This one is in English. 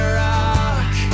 rock